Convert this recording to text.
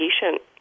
patient